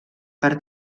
per